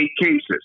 cases